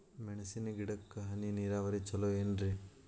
ಮೆಣಸಿನ ಗಿಡಕ್ಕ ಹನಿ ನೇರಾವರಿ ಛಲೋ ಏನ್ರಿ?